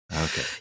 Okay